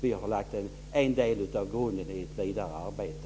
Vi har lagt en del av grunden till ett vidare arbete.